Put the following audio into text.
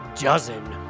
dozen